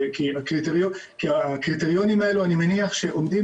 כי הקריטריונים האלה אני מניח שעומדים